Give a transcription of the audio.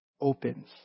opens